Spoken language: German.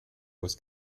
aus